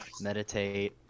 meditate